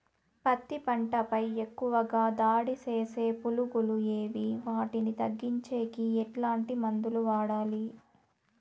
పత్తి పంట పై ఎక్కువగా దాడి సేసే పులుగులు ఏవి వాటిని తగ్గించేకి ఎట్లాంటి మందులు వాడాలి?